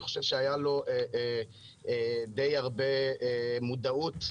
היה לו די הרבה מודעות,